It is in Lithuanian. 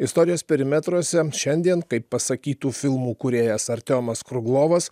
istorijos perimetruose šiandien kaip pasakytų filmų kūrėjas artiomas kruglovas